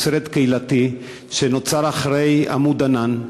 הוא סרט קהילתי שנוצר אחרי "עמוד ענן",